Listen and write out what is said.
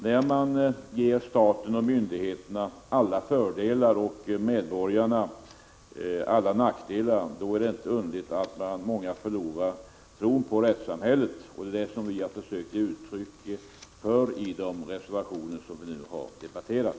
När man ger staten och myndigheterna alla fördelar och medborgarna alla nackdelar är det inte underligt att många förlorar tron på rättssamhället. Det är detta som vi har försökt ge uttryck för i de reservationer som vi nu har debatterat.